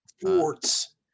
Sports